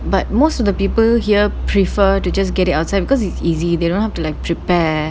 but most of the people here prefer to just get it outside because it's easy they don't have to like prepare